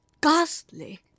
ghastly